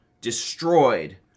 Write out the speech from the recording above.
destroyed